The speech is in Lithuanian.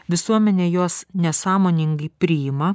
visuomenė juos nesąmoningai priima